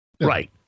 right